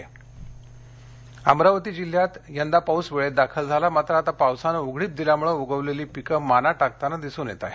शेतपिक धोक्यात अमरावती जिल्ह्यात यंदा पाऊस वेळेत दाखल झाला मात्र आता पावसानं उघडीप दिल्यामुळं उगवलेली पिकं माना टाकताना दिसून येत आहेत